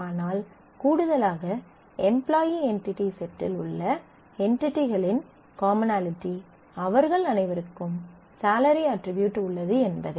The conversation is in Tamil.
ஆனால் கூடுதலாக எம்ப்லாயீ என்டிடி செட்டில் உள்ள என்டிடிகளின் காமனாலிட்டி அவர்கள் அனைவருக்கும் செலரி அட்ரிபியூட் உள்ளது என்பதே